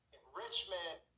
enrichment